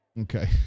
Okay